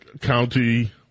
county